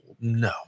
no